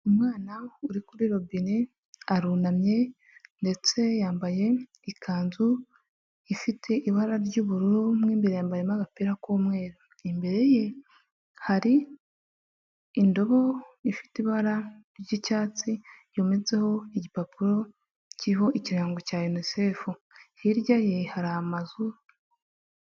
Umwana uri kuri robine arunamye ndetse yambaye ikanzu ifite ibara ry'uburu mu imbere yambayemo agapira k'umweru. Imbere ye hari indobo ifite ibara ry'icyatsi yometseho igipapuro kiriho ikirango cya yunisefu, hirya ye hari amazu.